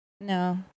No